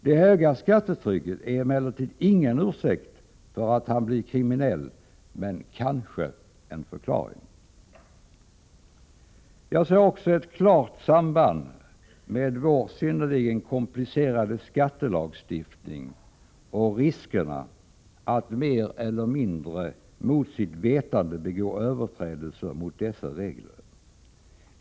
Det höga skattetrycket är emellertid ingen ursäkt för att han blir kriminell, men kanske en förklaring. Jag ser också ett klart samband mellan vår synnerligen komplicerade skattelagstiftning och riskerna att man mer eller mindre mot sitt vetande begår överträdelser mot dessa regler.